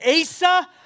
Asa